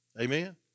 Amen